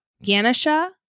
Ganesha